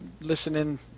listening